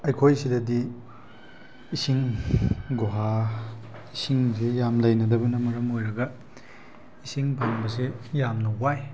ꯑꯩꯈꯣꯏ ꯁꯤꯗꯗꯤ ꯏꯁꯤꯡ ꯒꯨꯍꯥ ꯏꯁꯤꯡꯁꯦ ꯌꯥꯝ ꯂꯩꯅꯗꯕꯅ ꯃꯔꯝ ꯑꯣꯏꯔꯒ ꯏꯁꯤꯡ ꯐꯪꯕꯁꯦ ꯌꯥꯝꯅ ꯋꯥꯏ